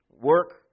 work